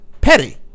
petty